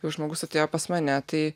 jau žmogus atėjo pas mane tai